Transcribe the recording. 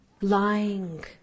Lying